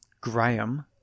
Graham